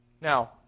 Now